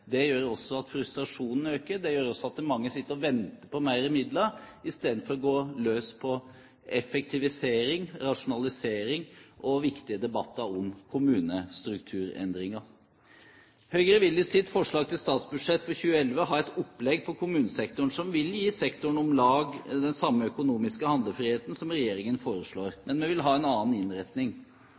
som gjør at frustrasjonen øker. Det gjør også at mange sitter og venter på mer midler, istedenfor å gå løs på effektivisering, rasjonalisering og viktige debatter om kommunestrukturendringer. Høyre vil i sitt forslag til statsbudsjett for 2011 ha et opplegg for kommunesektoren som vil gi sektoren om lag den samme økonomiske handlefriheten som regjeringen foreslår, men vi vil ha en annen innretning.